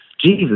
Jesus